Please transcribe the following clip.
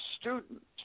student